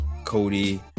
Cody